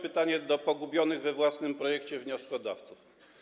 Pytanie do pogubionych we własnym projekcie wnioskodawców.